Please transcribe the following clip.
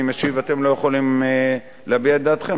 משיב ואתם לא יכולים להביא את דעתכם.